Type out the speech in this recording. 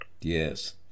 Yes